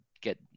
get